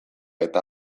eta